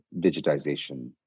digitization